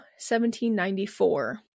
1794